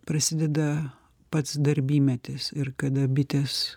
prasideda pats darbymetis ir kada bitės